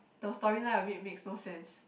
the story line a bit makes no sense